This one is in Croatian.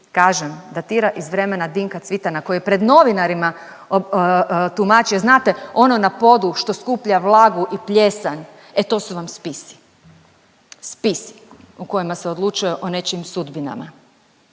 kažem datira iz vremena Dinka Cvitana koji je pred novinarima tumačio znate ono na podu što skuplja vlagu i plijesan, e to su vam spisi, spisi u kojima se odlučuje o nečijim sudbinama.